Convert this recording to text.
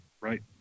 Right